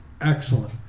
Excellent